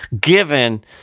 given